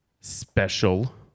special